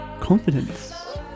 Confidence